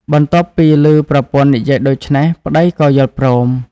បន្ទាប់ពីឮប្រពន្ធនិយាយដូច្នេះ ប្តីក៏យល់ព្រម។